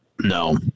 No